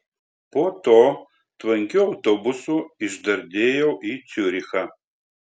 po to tvankiu autobusu išdardėjau į ciurichą